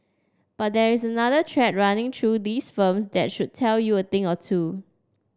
but there is another thread running through these firms that should tell you a thing or two